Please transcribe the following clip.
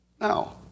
No